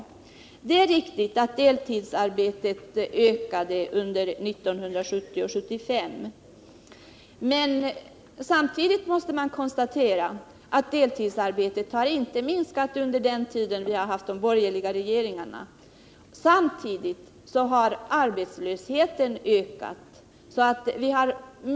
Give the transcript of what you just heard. Det är riktigt att deltidsarbetet ökade under perioden 1970-1975. Men samtidigt måste man konstatera att det inte har minskat under den tid vi har haft de borgerliga regeringarna. Samtidigt har arbetslösheten ökat.